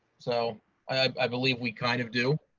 so i believe we kind of do.